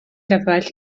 gyfaill